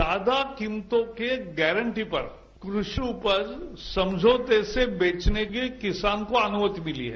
ज्यादा कीमतों की गारंटी पर कृषि उपज समझौते से बेचने की किसान को अनुमति मिली है